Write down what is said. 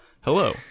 Hello